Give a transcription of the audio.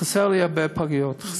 חסרות לי הרבה פגיות.